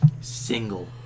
single